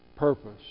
Purpose